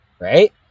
right